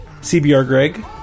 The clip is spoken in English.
CBRGreg